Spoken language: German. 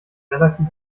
relativ